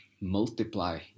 multiply